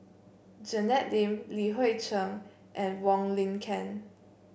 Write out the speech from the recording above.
Janet Lim Li Hui Cheng and Wong Lin Ken